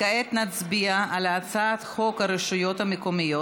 כעת נצביע על הצעת חוק הרשויות המקומיות